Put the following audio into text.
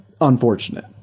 unfortunate